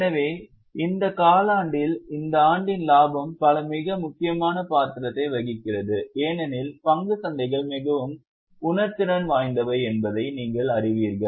எனவே இந்த காலாண்டில் அந்த ஆண்டின் லாபம் பல மிக முக்கியமான பாத்திரத்தை வகிக்கிறது ஏனெனில் பங்குச் சந்தைகள் மிகவும் உணர்திறன் வாய்ந்தவை என்பதை நீங்கள் அறிவீர்கள்